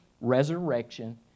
resurrection